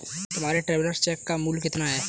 तुम्हारे travellers cheque का मूल्य कितना है?